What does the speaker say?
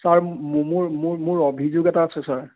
sir মোৰ অভিযোগ এটা আছে ছাৰ